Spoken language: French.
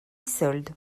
solde